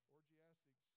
Orgiastic